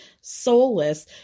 soulless